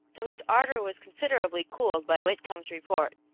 though his ardor was considerably cooled by whitcomb's report.